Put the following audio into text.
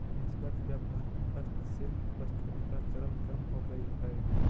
निष्पक्ष व्यापार में हस्तशिल्प वस्तुओं का चलन कम हो गईल है